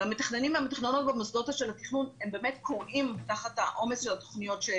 והמתכננים והמתכננות במוסדות התכנון באמת כורעים תחת העומס של התוכניות,